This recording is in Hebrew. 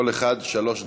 כל אחד שלוש דקות,